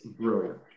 Brilliant